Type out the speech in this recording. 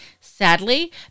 Sadly